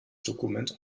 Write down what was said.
dokument